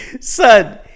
Son